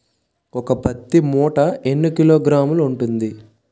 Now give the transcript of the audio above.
ఒక పత్తి మూట ఎన్ని కిలోగ్రాములు ఉంటుంది?